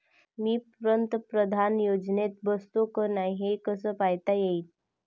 मी पंतप्रधान योजनेत बसतो का नाय, हे कस पायता येईन?